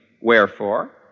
wherefore